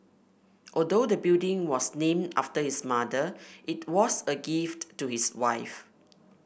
although the building was named after his mother it was a gift to his wife